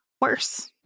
worse